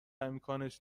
امکانش